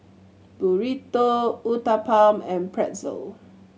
Burrito Uthapam and Pretzel